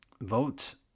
votes